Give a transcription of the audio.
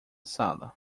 sala